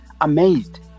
amazed